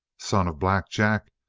son of black jack,